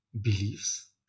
beliefs